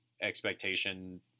expectation